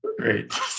Great